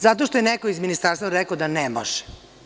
Zato što je neko iz ministarstva rekao da ne može.